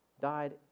died